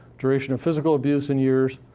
duration of physical abuse in years,